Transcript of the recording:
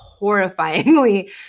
horrifyingly